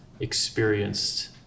experienced